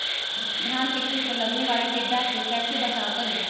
धान के खेत मे लगने वाले टिड्डा से कैसे बचाओ करें?